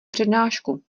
přednášku